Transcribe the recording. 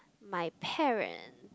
my parent